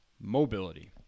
mobility